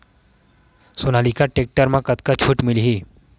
Sonalika tractor म कतका छूट मिलही?